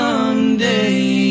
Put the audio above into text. Someday